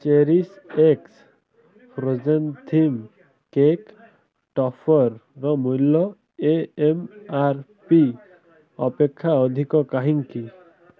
cherish x frozen theme cake ଟପ୍ପର୍ର ମୂଲ୍ୟ M R P ଅପେକ୍ଷା ଅଧିକ କାହିଁକି